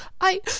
I